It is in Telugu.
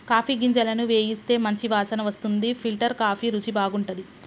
కాఫీ గింజలను వేయిస్తే మంచి వాసన వస్తుంది ఫిల్టర్ కాఫీ రుచి బాగుంటది